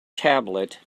tablet